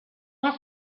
was